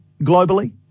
globally